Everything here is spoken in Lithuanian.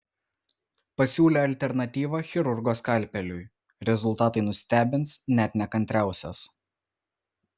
pasiūlė alternatyvą chirurgo skalpeliui rezultatai nustebins net nekantriausias